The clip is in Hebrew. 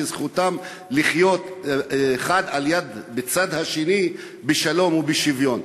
שזכותם לחיות אחד לצד השני בשלום ובשוויון.